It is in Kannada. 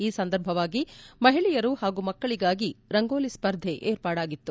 ಈ ಸಂದರ್ಭವಾಗಿ ಮಹಿಳೆಯರು ಹಾಗೂ ಮಕ್ಕಳಿಗಾಗಿ ರಂಗೋಲಿ ಸ್ಪರ್ಧೆ ಏರ್ಪಾಡಾಗಿತ್ತು